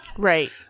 Right